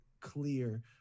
clear